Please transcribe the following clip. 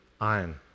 iron